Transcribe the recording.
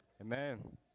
Amen